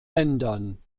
ändern